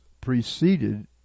preceded